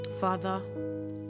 Father